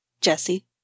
Jesse